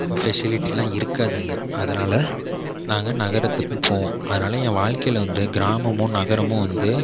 ஃபெசிலிட்டிலாம் இருக்காது அங்கே அதனால் நாங்கள் நகரத்துக்கும் போவோம் அதனால் என் வாழ்க்கையில் வந்து கிராமமும் நகரமும் வந்து